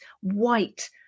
white